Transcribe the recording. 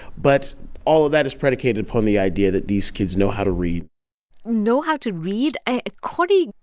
but all of that is predicated upon the idea that these kids know how to read know how to read? ah cory,